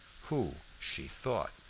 who, she thought,